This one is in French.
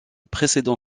précédent